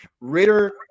Ritter